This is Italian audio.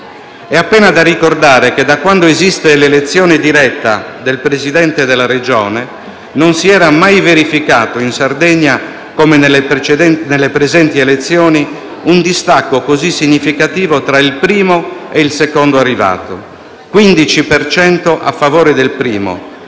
È appena da ricordare che, da quando esiste l'elezione diretta del Presidente della Regione, non si era mai verificato in Sardegna, come nelle presenti elezioni, un distacco così significativo tra il primo e il secondo arrivato (15 per cento a favore del primo,